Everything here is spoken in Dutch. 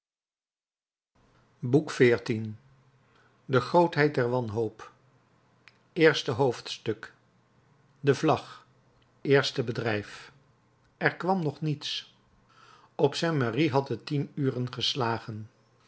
boek xiv de grootheid der wanhoop eerste hoofdstuk de vlag eerste bedrijf er kwam nog niets op saint merry had het tien uren geslagen